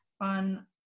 on